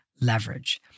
leverage